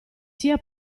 sia